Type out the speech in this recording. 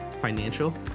financial